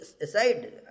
aside